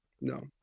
No